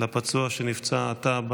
לפצוע שנפצע עתה,